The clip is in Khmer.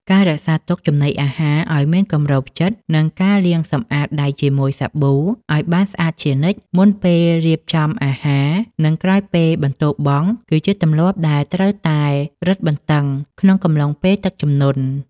ការរក្សាទុកចំណីអាហារឱ្យមានគម្របជិត និងការលាងសម្អាតដៃជាមួយសាប៊ូឱ្យបានស្អាតជានិច្ច មុនពេលរៀបចំអាហារ និងក្រោយពេលបន្ទោបង់ គឺជាទម្លាប់ដែលត្រូវតែរឹតបន្តឹងក្នុងកំឡុងពេលទឹកជំនន់។